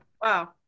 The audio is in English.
Wow